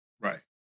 Right